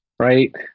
Right